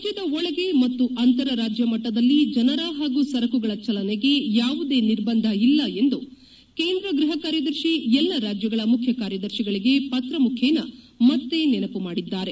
ರಾಜ್ದ ಒಳಗೆ ಮತ್ತು ಅಂತರ ರಾಜ್ ಮಟ್ಟದಲ್ಲಿ ಜನರ ಮತ್ತು ಸರಕುಗಳ ಚಲನೆಗೆ ಯಾವುದೇ ನಿರ್ಬಂಧ ಇಲ್ಲ ಎಂದು ಕೇಂದ್ರ ಗ್ಲಹ ಕಾರ್ಯದರ್ತಿ ಎಲ್ಲ ರಾಜ್ಗಳ ಮುಖ್ಯ ಕಾರ್ಯದರ್ತಿಗಳಿಗೆ ಪತ್ರ ಮುಖೇನ ಮತ್ತೆ ನೆನಮ ಮಾಡಿದ್ದಾರೆ